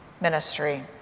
ministry